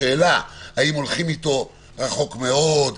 השאלה אם הולכים אתו רחוק מאוד,